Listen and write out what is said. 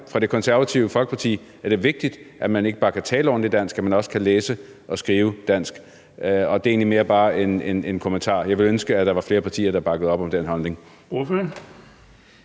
For Det Konservative Folkeparti er det vigtigt, at man ikke bare kan tale ordentligt dansk, men at man også kan læse og skrive dansk. Og det er egentlig mere bare en kommentar. Jeg ville ønske, at der var flere partier, der bakkede op om den holdning.